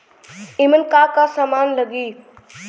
ईमन का का समान लगी?